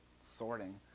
sorting